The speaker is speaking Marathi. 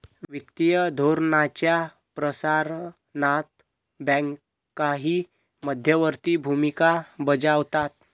वित्तीय धोरणाच्या प्रसारणात बँकाही मध्यवर्ती भूमिका बजावतात